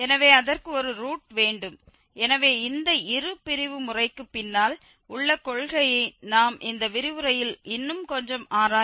எனவே அதற்கு ஒரு ரூட் வேண்டும் எனவே இந்த இருபிரிவு முறைக்கு பின்னால் உள்ள கொள்கையை நாம் இந்த விரிவுரையில் இன்னும் கொஞ்சம் ஆராய வேண்டும்